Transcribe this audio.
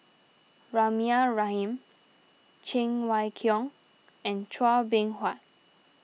Rahimah Rahim Cheng Wai Keung and Chua Beng Huat